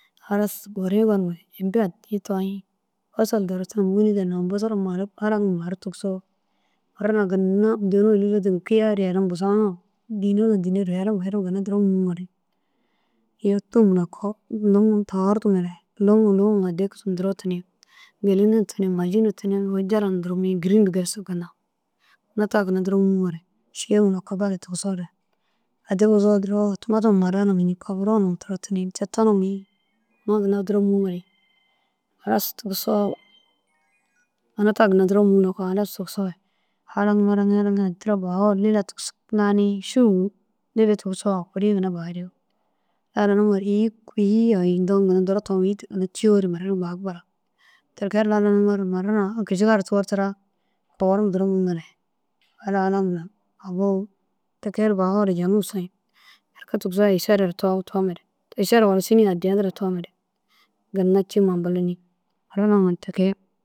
Halas guriî gonimere imbi addi toyiĩ. Basal duro tînum wîni daa naam basal mara halaŋum maru tigisoo mire ginna dêri woo lilidin kiyai ru herum bûsanoo dina dina ganim herim herim ginna duro mûuŋoore iyoo tum na ko kogoordimere lumo lumo addi kisim duro tinii. Gîleni na tinii maaji na tuniŋ, kurunjala na duro mû-i giriima geresig ginna. Ina ta ginna duro mûmore šimma loko gali tigisoore addi muzoore duro tumatuma maraa mû-i paburoo na duro toni. Coto na mû-i ina ginna duro mûmore halas tigisoo una ta ginna duro mû-i loko halas tigisoo haraŋi haraŋi haraŋi addira bahoo lila tigisig. Lanii šowu lili tigisoo kurii ginna bahure lananuŋore îyi kui îyi yai undoo ŋa duro toom îyi cî yoo re mire ru bafug bara te kee ru lananuŋore marana kišigaa ru togortira kogorum mû mere halaa num agu te kee ru bahore jaŋum sowiĩ. Berke tigisoore êšeda toom toom mere, êšeda walla siniya addiyã duro toomere ginna cîima ambeleni mara na te kee